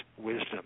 wisdom